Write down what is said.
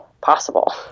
possible